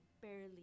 barely